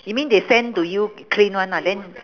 you mean they send to you clean one lah then